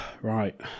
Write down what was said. right